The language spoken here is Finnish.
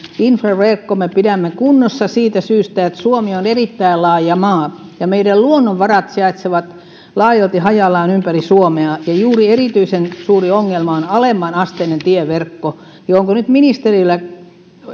infraverkkomme pidämme kunnossa siitä syystä että suomi on erittäin laaja maa ja meidän luonnonvaramme sijaitsevat laajalti hajallaan ympäri suomea juuri erityisen suuri ongelma on alemmanasteinen tieverkko onko nyt ministerillä